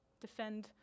defend